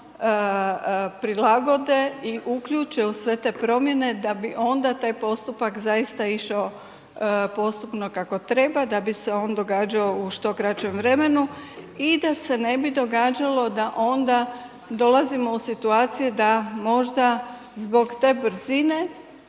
prilagode i uključe u sve te promjene da bi onda taj postupak zaista išao postupno kako treba, da bi se on događao u što kraćem vremenu i da se ne bi događalo da onda dolazimo u situacije da možda zbog te brzine